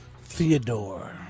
Theodore